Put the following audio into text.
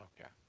Okay